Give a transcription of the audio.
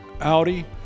Audi